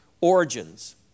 origins